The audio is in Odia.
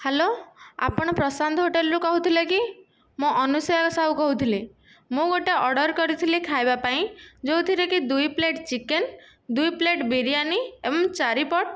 ହାଲୋ ଆପଣ ପ୍ରଶାନ୍ତ ହୋଟେଲ୍ ରୁ କହୁଥିଲେ କି ମୁଁ ଅନୁସୟା ସାହୁ କହୁଥିଲି ମୁଁ ଗୋଟିଏ ଅର୍ଡ଼ର କରିଥିଲି ଖାଇବା ପାଇଁ ଯେଉଁଥିରେ କି ଦୁଇ ପ୍ଲେଟ୍ ଚିକେନ୍ ଦୁଇ ପ୍ଲେଟ ବିରିୟାନି ଏବଂ ଚାରିପଟ